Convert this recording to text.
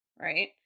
right